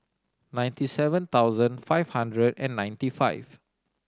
ninety seven thousand five hundred and ninety five